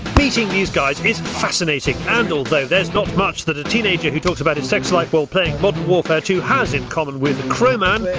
meeting these guys is fascinating and although there's not much that a teenager who talks about his sex life while playing but modern warfare two has in common with crowman.